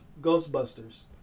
Ghostbusters